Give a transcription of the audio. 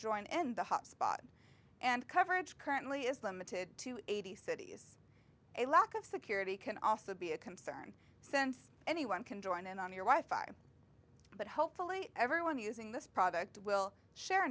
join in the hot spot and coverage currently is limited to eighty cities a lack of security can also be a concern sense anyone can join in on your life by but hopefully everyone using this product will share